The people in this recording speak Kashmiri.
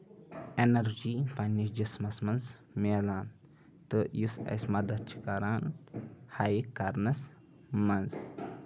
ایٚنرجی پَنٕنِس جِسمَس منٛز میلان تہٕ یُس اَسہِ مدد چھُ کران ہَیِکۍ کرنَس منٛز